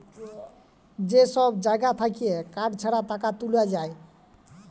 যে সব জাগা থাক্যে কার্ড ছাড়া টাকা তুলা যায়